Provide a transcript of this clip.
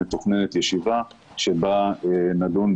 מתוכננת ישיבה שבה נדון,